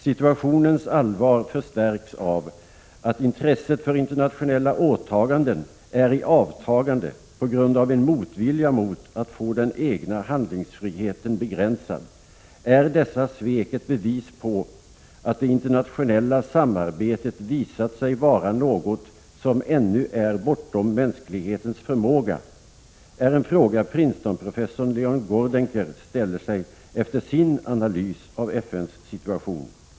Situationens allvar förstärks av att intresset för internationella åtaganden är i avtagande på grund av en motvilja mot att få den egna handlingsfriheten begränsad. Är dessa svek ett bevis på att det internationella samarbetet visat sig vara något som ännu är bortom mänsklighetens förmåga? — Det är en fråga som Princetonprofessorn Leon Gordenker ställer sig efter sin analys av FN:s situation.